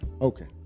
Okay